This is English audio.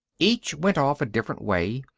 each went off a different way,